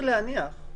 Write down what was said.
מה זה "תיכנס בסעדה"?